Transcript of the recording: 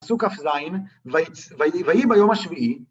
פסוק כז, ויהי ביום השביעי.